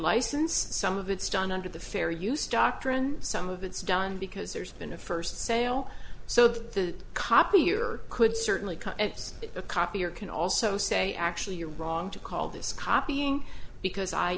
license some of it's done under the fair use doctrine some of it's done because there's been a first sale so the copier could certainly use a copy or can also say actually you're wrong to call this copying because i